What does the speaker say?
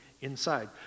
inside